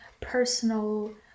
personal